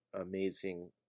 amazing